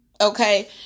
Okay